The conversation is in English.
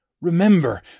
Remember